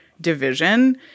division